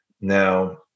Now